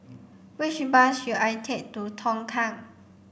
which bus should I take to Tongkang